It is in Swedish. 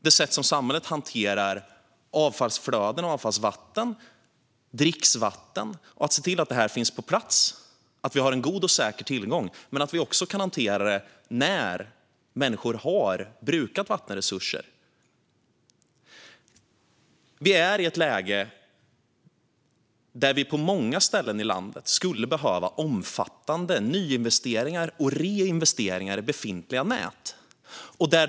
Det handlar om hur samhället hanterar avfallsflöden, avfallsvatten och dricksvatten och om att se till att detta finns på plats. Det handlar om att vi har en god och säker tillgång men också om att vi kan hantera situationen när människor har brukat vattenresurser. Vi är i ett läge där vi på många ställen i landet skulle behöva omfattande nyinvesteringar och reinvesteringar i befintliga nät.